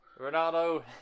Ronaldo